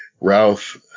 Ralph